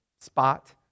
spot